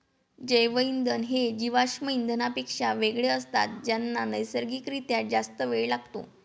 जैवइंधन हे जीवाश्म इंधनांपेक्षा वेगळे असतात ज्यांना नैसर्गिक रित्या जास्त वेळ लागतो